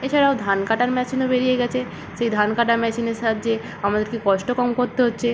এছাড়াও ধান কাটার মেশিনও বেরিয়ে গেছে সেই ধান কাটার মেশিনের সাহায্যে আমাদেরকে কষ্ট কম করতে হচ্ছে